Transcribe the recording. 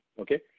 okay